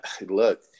Look